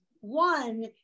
One